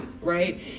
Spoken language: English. Right